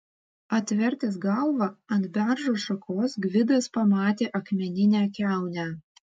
atvertęs galvą ant beržo šakos gvidas pamatė akmeninę kiaunę